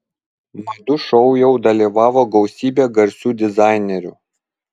madų šou jau dalyvavo gausybė garsių dizainerių